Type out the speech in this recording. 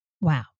Wow